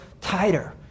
tighter